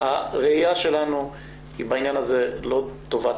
הראייה שלנו בעניין הזה היא לא טובת